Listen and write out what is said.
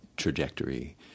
trajectory